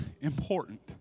important